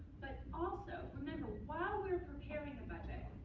but also remember, while we're preparing a budget,